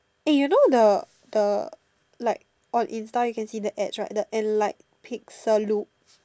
eh you know the the like on Instagram you can see the ads right the and like Pica Luke